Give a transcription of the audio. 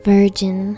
Virgin